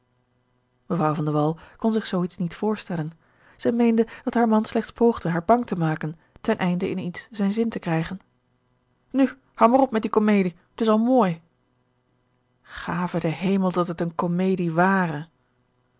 wall kon zich zoo iets niet voorstellen zij meende dat haar man slechts poogde haar bang te maken ten einde in iets zijn zin te krijgen nu houd maar op met die komedie het is al mooi gave de hemel dat het eene komedie ware